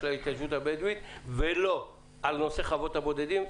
ההתיישבות הבדואית ועל נושא חוות הבודדים.